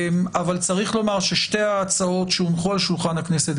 חשוב לומר שיש הרבה מאוד שותפים לחוק הזה סביב השולחן.